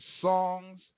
songs